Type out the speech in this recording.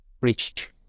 reached